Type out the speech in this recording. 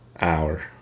hour